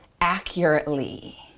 accurately